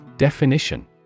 Definition